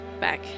back